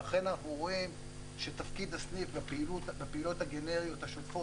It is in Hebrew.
ואכן אנחנו רואים שתפקיד הסניף בפעילויות הגנריות השוטפות,